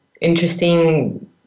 interesting